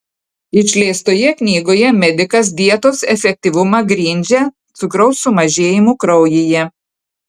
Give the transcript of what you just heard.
išleistoje knygoje medikas dietos efektyvumą grindžia cukraus sumažėjimu kraujyje